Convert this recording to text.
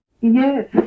Yes